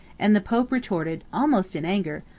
and the pope retorted, almost in anger,